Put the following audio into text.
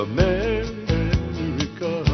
America